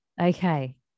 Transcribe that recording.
Okay